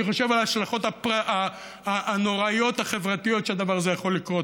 אני חושב על ההשלכות החברתיות הנוראיות שהדבר הזה יכול לגרום.